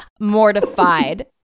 mortified